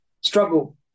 struggle